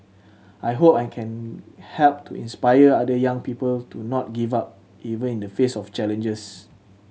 I hope I can help to inspire other young people to not give up even in the face of challenges